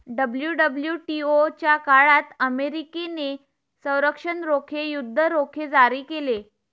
WWTO च्या काळात अमेरिकेने संरक्षण रोखे, युद्ध रोखे जारी केले